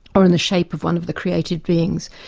or in the shape of one of the creative beings,